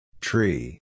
Tree